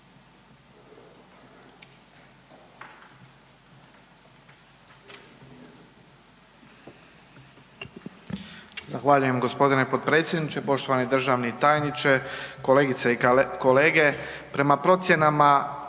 Zahvaljujem g. potpredsjedniče. Poštovani državni tajniče, kolegice i kolege.